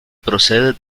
procede